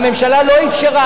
והממשלה לא אפשרה,